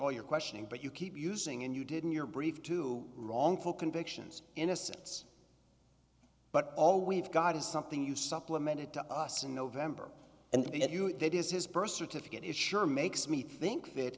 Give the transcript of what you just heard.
all your questioning but you keep using and you didn't your brief to wrongful convictions innocence but all we've got is something you supplemented to us in november and the at you that is his birth certificate it sure makes me think that